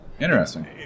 Interesting